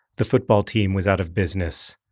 the football team was out of business,